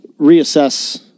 reassess